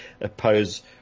oppose